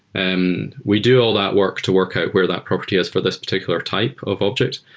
and we do all that work to work out where that property is for this particular type of object.